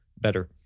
better